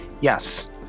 Yes